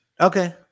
okay